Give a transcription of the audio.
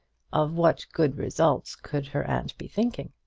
of what good results could her aunt be thinking?